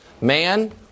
man